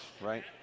right